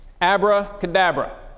Abracadabra